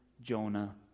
Jonah